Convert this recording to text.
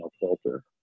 filter